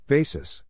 Basis